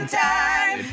time